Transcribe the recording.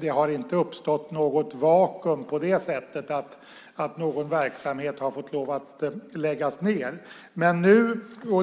Det har inte uppstått något vakuum på det sättet att någon verksamhet har fått lov att läggas ned.